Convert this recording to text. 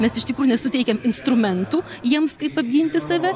mes iš tikrųjų nesuteikiam instrumentų jiems kaip apginti save